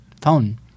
phone